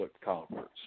Conference